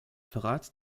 verrate